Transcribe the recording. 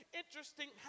interesting